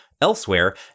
Elsewhere